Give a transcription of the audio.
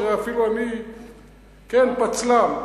כן, פצל"ם.